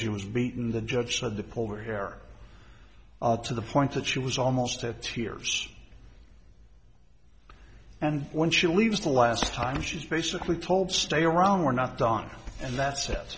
she was beaten the judge said the polar air to the point that she was almost to tears and when she leaves the last time she's basically told stay around we're not done and that